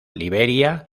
liberia